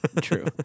True